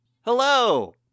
Hello